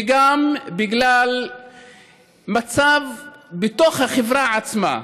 וגם בגלל מצב בתוך החברה עצמה,